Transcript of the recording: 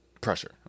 pressure